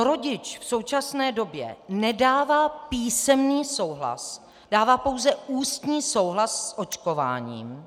Rodič v současné době nedává písemný souhlas, dává pouze ústní souhlas s očkováním.